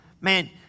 Man